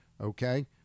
okay